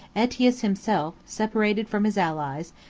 aetius himself, separated from his allies,